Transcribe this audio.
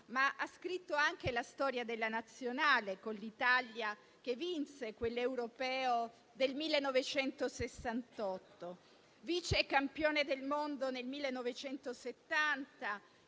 ma ha scritto anche la storia della Nazionale con l'Italia che vinse il Campionato europeo del 1968. Vice campione del mondo nel 1970,